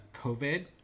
covid